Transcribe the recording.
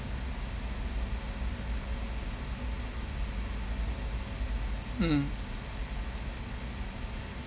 mmhmm